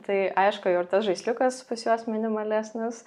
tai aišku jau ir tas žaisliukas pas juos minimalesnis